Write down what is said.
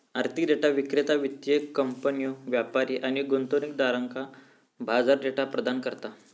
आर्थिक डेटा विक्रेता वित्तीय कंपन्यो, व्यापारी आणि गुंतवणूकदारांका बाजार डेटा प्रदान करता